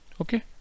Okay